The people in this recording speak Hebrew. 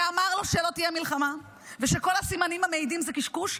שאמר לו שלא תהיה מלחמה ושכל הסימנים המעידים הם קשקוש,